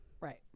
Right